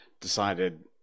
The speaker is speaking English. decided